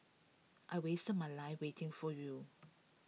I wasted my life waiting for you